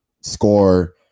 score